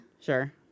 Sure